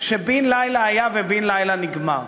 שבן-לילה היה ובן-לילה נגמר.